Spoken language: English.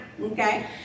okay